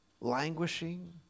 languishing